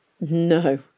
No